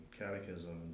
catechism